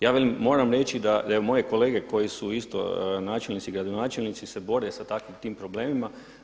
Ja moram reći da moje kolege koji su isto načelnici, gradonačelnici se bore sa takvim, tim problemima.